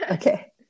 Okay